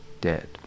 dead